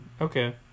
Okay